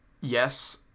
yes